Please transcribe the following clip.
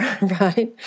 right